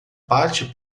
parte